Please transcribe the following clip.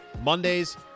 Monday's